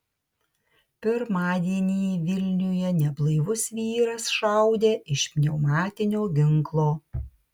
pirmadienį vilniuje neblaivus vyras šaudė iš pneumatinio ginklo